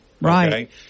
Right